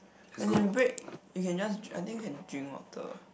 as in break you can just dri~ I think you can drink water